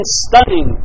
stunning